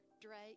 Drake